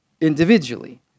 individually